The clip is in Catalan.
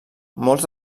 molts